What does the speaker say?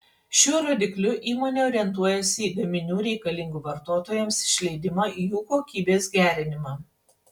šiuo rodikliu įmonė orientuojasi į gaminių reikalingų vartotojams išleidimą jų kokybės gerinimą